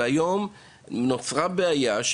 היום נוצרה בעיה.